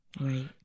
Right